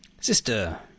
Sister